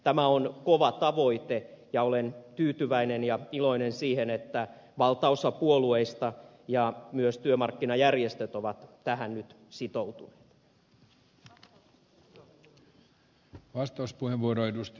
tämä on kova tavoite ja olen tyytyväinen ja iloinen siitä että valtaosa puolueista ja myös työmarkkinajärjestöt ovat tähän nyt sitoutuneet